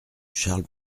charles